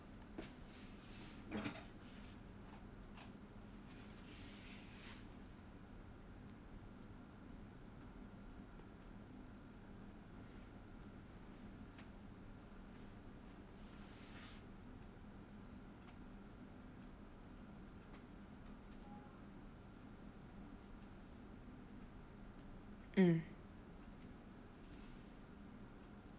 mm